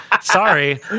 Sorry